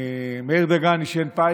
מאיר דגן עישן pipe